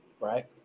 right